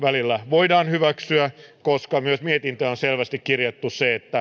voidaan hyväksyä selvästi kirjattu